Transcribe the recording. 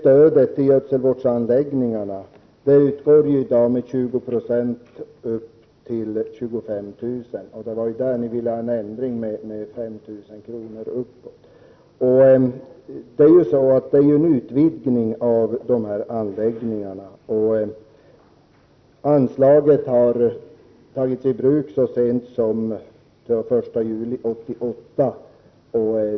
Stödet till gödselvårdsanläggningar utgår i dag med 20 26 upp till 25 000 kr. Ni vill ha en ändring med 5 000 kr. uppåt. Det är fråga om en utvidgning av de här anläggningarna, och anslaget har tagits i bruk så sent som den 1 juli 1988.